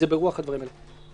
זה ברוח הדברים האלה.